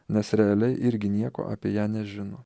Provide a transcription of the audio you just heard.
nes realiai irgi nieko apie ją nežino